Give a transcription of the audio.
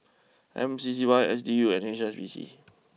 M C C Y S D U and H S B C